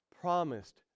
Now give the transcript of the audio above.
promised